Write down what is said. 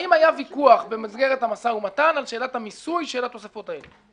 האם היה ויכוח במסגרת המשא ומתן על שאלת המיסוי של התוספות האלה,